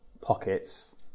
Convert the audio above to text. pockets